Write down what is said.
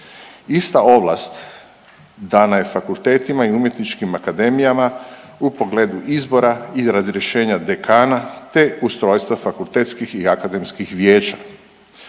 Ista ovlast dana je fakultetima i umjetničkim akademijama u pogledu izbora i razrješenja dekana, te ustrojstva fakultetskih i akademskih vijeća.